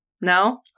No